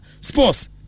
sports